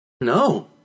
No